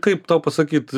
kaip tau pasakyt